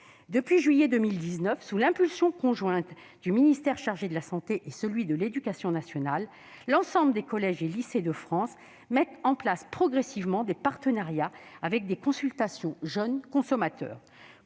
Depuis juillet 2019, sous l'impulsion conjointe du ministère de la santé et de celui de l'éducation nationale, l'ensemble des collèges et lycées de France met progressivement en place des partenariats avec des consultations jeunes consommateurs,